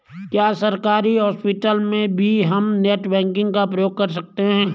क्या सरकारी हॉस्पिटल में भी हम नेट बैंकिंग का प्रयोग कर सकते हैं?